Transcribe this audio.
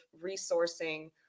resourcing